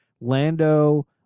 Lando